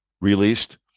released